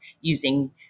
using